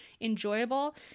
enjoyable